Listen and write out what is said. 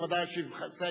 הוא ודאי ישיב.